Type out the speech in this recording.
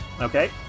Okay